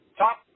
top